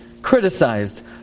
Criticized